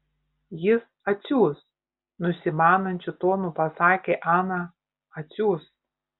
jis atsiųs nusimanančiu tonu pasakė ana atsiųs